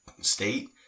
state